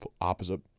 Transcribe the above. opposite